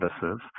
services